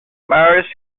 mares